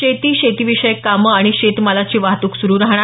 शेती शेतीविषयक कामं आणि शेतमालाची वाहतूक सुरु राहणार